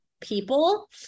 people